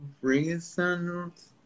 reasons